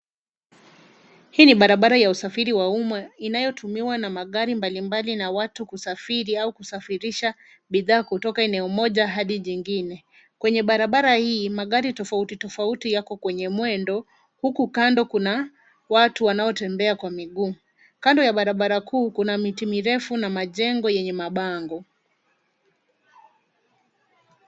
Huu ni barabara ya usafiri wa umma inayotumiwa na magari mbali mbali na watu kusafiri au kusafirisha bidhaa kutoka eneo moja hadi jingine. Kwenye barabara hii, magari tofauti tofauti yako kwenye mwendo huku kando kuna watu wanaotembea kwa miguu. Kando ya barabara kuu kuna miti mirefu na majengo yenye mabango.